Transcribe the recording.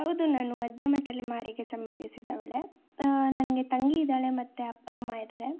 ಹೌದು ನಾನು ಮಧ್ಯಮ ತಲೆಮಾರಿಗೆ ಸಂಬಂಧಿಸಿದವಳೇ ನನಗೆ ತಂಗಿ ಇದ್ದಾಳೆ ಮತ್ತು ಅಪ್ಪ ಅಮ್ಮ ಇದ್ದಾರೆ